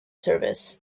service